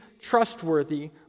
trustworthy